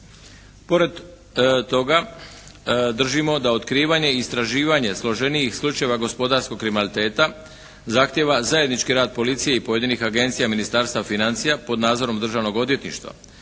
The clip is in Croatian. Pored toga držimo da otkrivanje i istraživanje složenijih slučajeva gospodarskog kriminaliteta zahtjeva zajednički rad Policije i pojedinih agencija Ministarstva financija pod nadzorom Državnom odvjetništva.